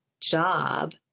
job